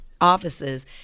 offices